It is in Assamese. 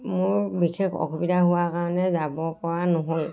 মোৰ বিশেষ অসুবিধা হোৱাৰ কাৰণে যাব পৰা নহ'ল